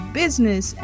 business